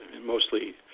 mostly